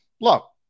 look